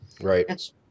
Right